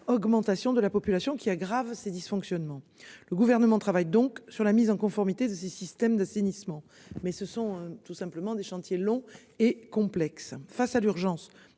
augmentation de la population qui aggrave ses dysfonctionnements. Le gouvernement travaille donc sur la mise en conformité de ces systèmes d'assainissement. Mais ce sont tout simplement des chantiers le long et complexe face à l'urgence